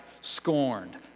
scorned